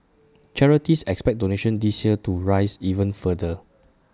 charities expect donations this year to rise even further